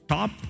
Top